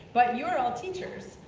but you're all teachers.